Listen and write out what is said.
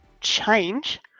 change